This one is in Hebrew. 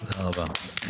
תודה רבה.